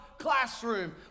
classroom